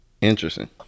Interesting